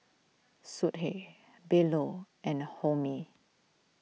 Sudhir Bellur and Homi